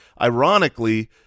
ironically